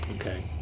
Okay